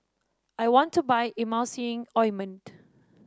I want to buy Emulsying Ointment